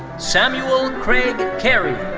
samuel craig carey.